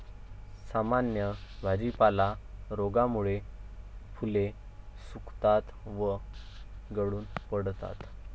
सामान्य भाजीपाला रोगामुळे फुले सुकतात व गळून पडतात